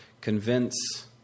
convince